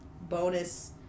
bonus